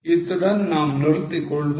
இத்துடன் நாம் நிறுத்திக் கொள்வோம்